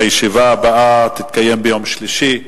הישיבה הבאה תתקיים ביום שלישי,